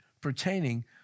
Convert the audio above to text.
pertaining